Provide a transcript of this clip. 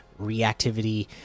reactivity